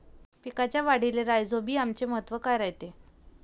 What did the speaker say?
पिकाच्या वाढीले राईझोबीआमचे महत्व काय रायते?